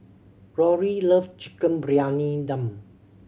Rory love Chicken Briyani Dum